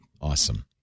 Awesome